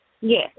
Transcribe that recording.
Yes